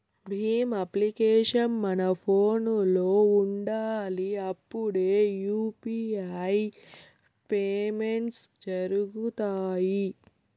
Bhim application మన ఫోనులో ఉండాలి అప్పుడే యూ.పీ.ఐ పేమెంట్స్ జరుగుతాయి